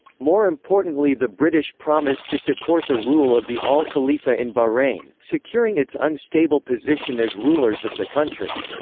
more importantly the british promised to support the rule of the al khalifa in bahrain, securing its unstable position as rulers of the country.